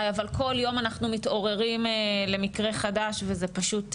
אבל כל יום אנחנו מתעוררים למקרה חדש וזה פשוט,